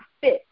fit